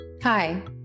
Hi